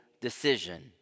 decision